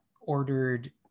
ordered